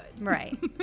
Right